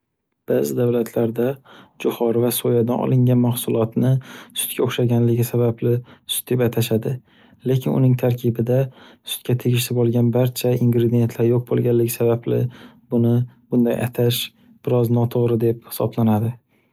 Baʼzi davlatlarda jo'hori va soʻyadan olingan mahsulotni sutga oʻxshaganligi sababli sut deb atashadi, lekin uning tarkibida sutga tegishli bo'lgan barcha ingredientlar yo'q bo'lganligi sababli buni unday atash biroz noto'g'ri deb hisoblanadi.